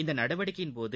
இந்த நடவடிக்கையின்போது